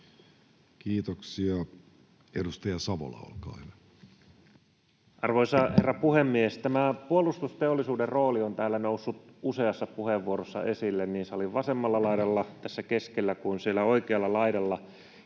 Kiitoksia. — Edustaja Savola, olkaa hyvä. Arvoisa herra puhemies! Tämä puolustusteollisuuden rooli on täällä noussut useassa puheenvuorossa esille niin salin vasemmalla laidalla, tässä keskellä kuin siellä oikealla laidalla,